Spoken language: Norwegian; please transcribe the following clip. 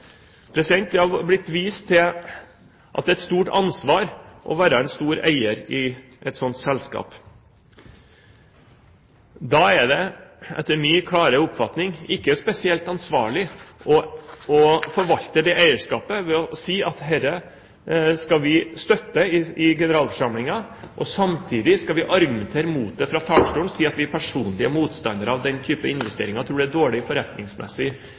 Det er blitt vist til at det er et stort ansvar å være en stor eier i et slikt selskap. Da er det etter min klare oppfatning ikke spesielt ansvarlig å forvalte det eierskapet ved å si at dette skal vi støtte i generalforsamlingen, og samtidig skal vi argumentere imot det fra talerstolen og si at vi er personlig motstandere av den type investeringer og tror det er en dårlig forretningsmessig